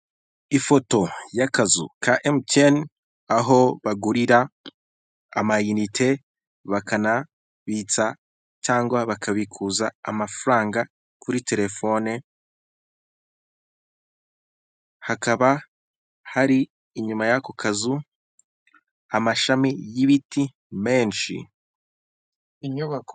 Ifoto y'akazu ka emutiyeni, aho bagurira amayinite, bakanabitsa, cyangwa bakabikuza amafaranga kuri telefone, hakaba hari inyuma y'ako kazu amashami y'ibiti menshi. Inyubako.